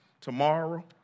tomorrow